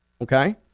Okay